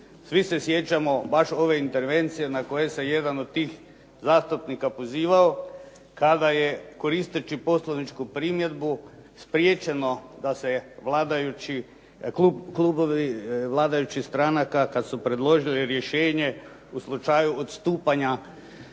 Svi se sjećamo baš ove intervencije na koje se jedan od tih zastupnika pozivao kada je, koristeći poslovničku primjedbu spriječeno da se klubovi vladajućih stranaka, kad su predložili rješenje u slučaju odstupanja